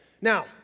Now